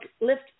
lift